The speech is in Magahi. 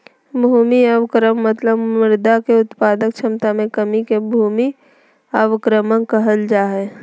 भूमि अवक्रमण मतलब मृदा के उत्पादक क्षमता मे कमी के भूमि अवक्रमण कहल जा हई